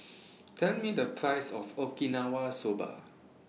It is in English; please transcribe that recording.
Tell Me The Price of Okinawa Soba